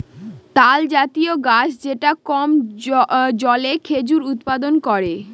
তালজাতীয় গাছ যেটা কম জলে খেজুর উৎপাদন করে